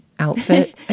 outfit